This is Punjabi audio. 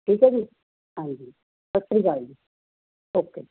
ਠੀਕ ਹੈ ਜੀ ਹਾਂਜੀ ਥੈਂਕ ਯੂ ਜੀ ਓਕੇ